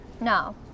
No